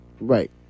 Right